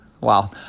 Wow